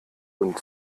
und